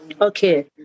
Okay